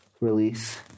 Release